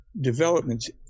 Developments